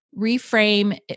reframe